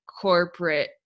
corporate